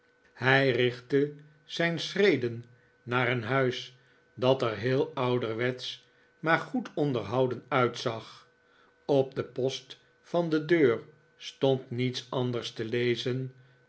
hij richtte zijn schreden naar een huis dat er heel ouderwetsch maar goed onderhouden uitzag op den post van de deur stond niets anders te lezen